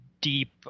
deep